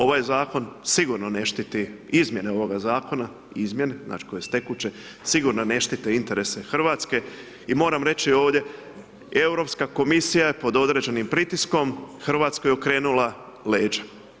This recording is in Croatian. Ovaj zakon sigurno ne štiti, izmjene ovoga zakona, izmjene, znači, koje su tekuće, sigurno ne štite interese RH i moram reći ovdje, Europska komisija je pod određenim pritiskom RH okrenula leđa.